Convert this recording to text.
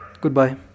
Goodbye